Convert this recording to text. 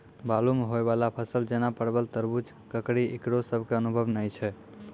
बालू मे होय वाला फसल जैना परबल, तरबूज, ककड़ी ईकरो सब के अनुभव नेय छै?